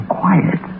quiet